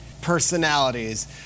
personalities